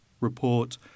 report